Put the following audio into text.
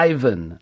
Ivan